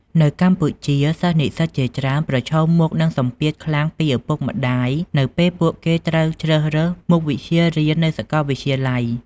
នៅកម្ពុជា សិស្សនិស្សិតជាច្រើនប្រឈមមុខនឹងសម្ពាធខ្លាំងពីឪពុកម្ដាយ នៅពេលពួកគេត្រូវជ្រើសរើសមុខវិជ្ជារៀននៅសាកលវិទ្យាល័យ។